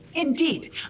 Indeed